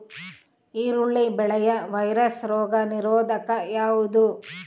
ಈರುಳ್ಳಿ ಬೆಳೆಯ ವೈರಸ್ ರೋಗ ನಿರೋಧಕ ಯಾವುದು?